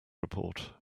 report